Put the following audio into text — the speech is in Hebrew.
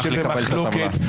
לא נושאים שבמחלוקת,